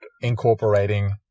incorporating